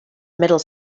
middle